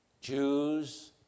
Jews